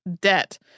debt